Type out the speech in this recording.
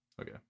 okay